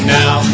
now